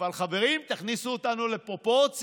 אבל חברים, תכניסו אותנו לפרופורציה.